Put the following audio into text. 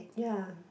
ya